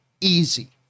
easy